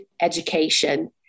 education